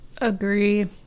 Agree